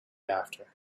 after